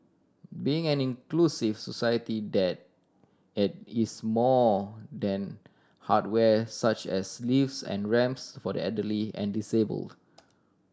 being an inclusive society that is more than hardware such as lifts and ramps for the elderly and disabled